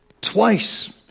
twice